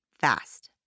fast